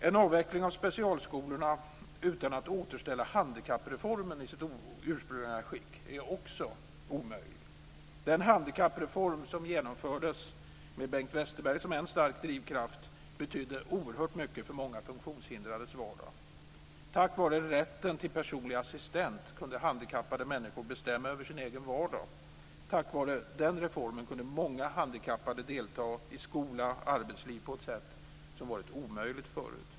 En avveckling av specialskolorna utan att återställa handikappreformen i sitt ursprungliga skick är också omöjlig. Den handikappreform som genomfördes med Bengt Westerberg som en stark drivkraft betydde oerhört mycket för många funktionshindrades vardag. Tack vare rätten till personlig assistent kunde handikappade människor bestämma mer över sin egen vardag. Tack vare den reformen kunde många handikappade delta i skola och arbetsliv på ett sätt som varit omöjligt förut.